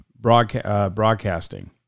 Broadcasting